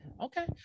Okay